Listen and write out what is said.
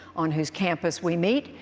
on whose campus we meet,